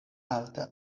alta